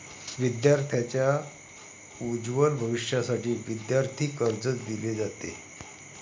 विद्यार्थांच्या उज्ज्वल भविष्यासाठी विद्यार्थी कर्ज दिले जाते